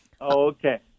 Okay